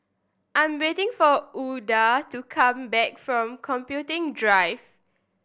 I'm waiting for Ouida to come back from Computing Drive